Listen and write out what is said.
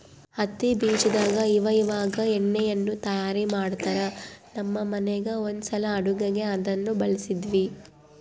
ಹತ್ತಿ ಬೀಜದಾಗ ಇವಇವಾಗ ಎಣ್ಣೆಯನ್ನು ತಯಾರ ಮಾಡ್ತರಾ, ನಮ್ಮ ಮನೆಗ ಒಂದ್ಸಲ ಅಡುಗೆಗೆ ಅದನ್ನ ಬಳಸಿದ್ವಿ